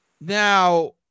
Now